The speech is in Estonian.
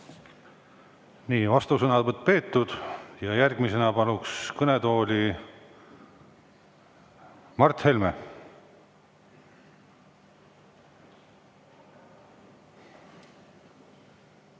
Vastusõnavõtt peetud ja järgmisena palun kõnetooli Mart Helme.